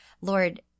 Lord